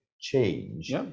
change